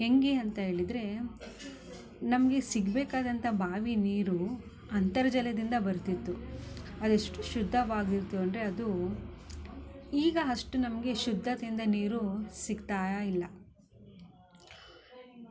ಹೇಗೆ ಅಂತ ಹೇಳಿದರೆ ನಮಗೆ ಸಿಗ್ಬೇಕಾದಂಥ ಬಾವಿ ನೀರು ಅಂತರ್ಜಲದಿಂದ ಬರ್ತಿತ್ತು ಅದೆಷ್ಟು ಶುದ್ಧವಾಗಿತ್ತು ಅಂದರೆ ಅದು ಈಗ ಅಷ್ಟು ನಮಗೆ ಶುದ್ಧದಿಂದ ನೀರು ಸಿಕ್ತಾಯಿಲ್ಲ